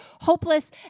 hopeless